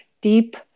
deep